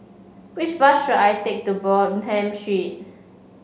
which bus should I take to Bonham Street